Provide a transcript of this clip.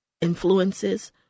influences